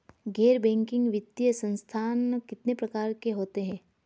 गैर बैंकिंग वित्तीय संस्थान कितने प्रकार के होते हैं?